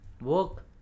Work